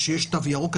כשיש תו ירוק,